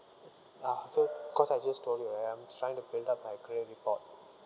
ah so cause I just told you right I'm trying to build up my credit report